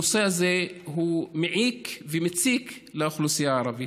הנושא הזה הוא מעיק ומציק לאוכלוסייה הערבית.